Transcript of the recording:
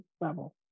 level